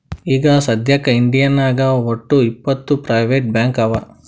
ಈಗ ಸದ್ಯಾಕ್ ಇಂಡಿಯಾನಾಗ್ ವಟ್ಟ್ ಇಪ್ಪತ್ ಪ್ರೈವೇಟ್ ಬ್ಯಾಂಕ್ ಅವಾ